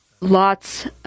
lots